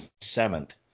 seventh